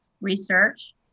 research